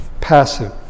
passive